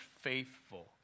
faithful